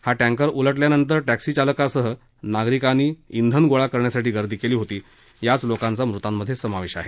हा टँकर उलटल्यानंतर टॅक्सी चालकांसह नागरिकांनी श्वेन गोळा करण्यासाठी गर्दी केली होती याच लोकांचा मृतांमध्ये समावेश आहे